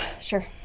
Sure